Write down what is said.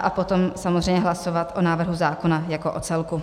A potom samozřejmě hlasovat o návrhu zákona jako o celku.